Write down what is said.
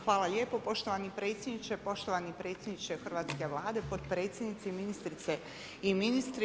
Hvala lijepo poštovani predsjedniče, poštovani predsjedniče hrvatske Vlade, potpredsjednici, ministrice i ministri.